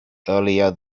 earlier